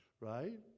Right